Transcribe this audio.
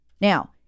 Now